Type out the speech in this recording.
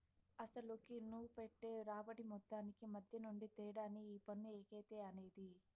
అసలుకి, సూపెట్టే రాబడి మొత్తానికి మద్దెనుండే తేడానే ఈ పన్ను ఎగేత అనేది